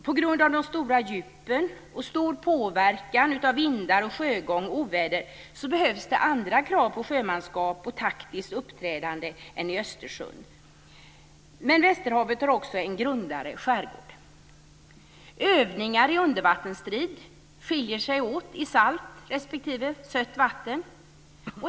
På grund av de stora djupen och stor påverkan av vindar, sjögång och oväder ställs det andra krav på sjömanskap och taktiskt uppträdande än i Östersjön. Västerhavet har också en grundare skärgård. Övningar i undervattensstrid skiljer sig åt mellan salt och sött vatten.